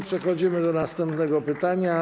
Przechodzimy do następnego pytania.